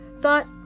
thought